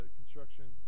construction